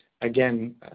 again